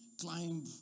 climb